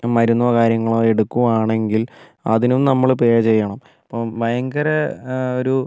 മരുന്നോ കാര്യങ്ങളോ എടുക്കുവാണെങ്കിൽ അതിനും നമ്മൾ പേ ചെയ്യണം ഇപ്പം ഭയങ്കര ഒരു